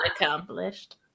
accomplished